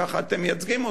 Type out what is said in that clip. ככה אתם מייצגים אותם.